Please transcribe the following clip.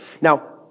now